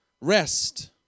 rest